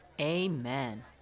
amen